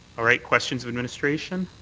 all right. questions of administration.